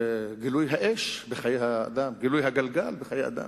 גילוי האש בחיי האדם, גילוי הגלגל בחיי האדם.